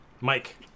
Mike